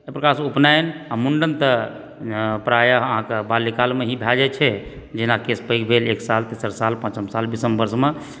एहि प्रकारसँ उपनयन आ मुण्डन तऽ प्रायः अहाँक बाल्यकालमे ही भऽ जाइ छै जे केश पैघ भेल एक साल तेसर साल पाँचम साल बिषम वर्षमे